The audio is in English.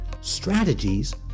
strategies